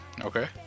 Okay